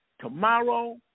tomorrow